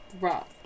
Rock